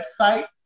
website